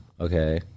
okay